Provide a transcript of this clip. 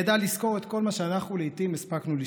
היא ידעה לזכור כל מה שאנחנו לעיתים הספקנו לשכוח,